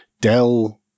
Dell